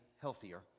healthier